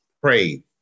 pray